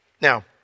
Now